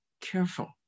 careful